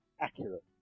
accurate